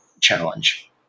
challenge